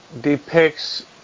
depicts